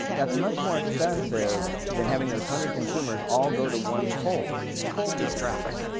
that's much more expensive than having those hundred consumers all go to one kohl's. kohl's needs traffic.